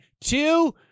two